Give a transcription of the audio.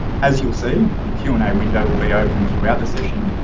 as you'll see, the q and a window will be open throughout the session.